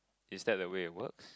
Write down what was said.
is that the way it works